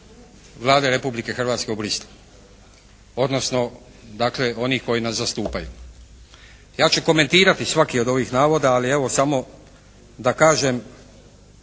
Vlade Republike Hrvatske u Bruxellesu, odnosno dakle onih koji nas zastupaju. Ja ću komentirati svaki od ovih navoda, ali evo samo da kažem